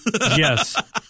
Yes